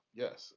yes